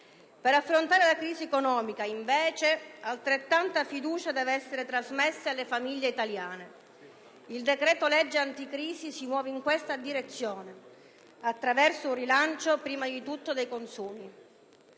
Per affrontare la crisi economica, invece, altrettanta fiducia deve essere trasmessa alle famiglie italiane. Il decreto-legge anticrisi si muove in questa direzione, attraverso un rilancio prima di tutto dei consumi: